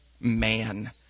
man